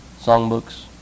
songbooks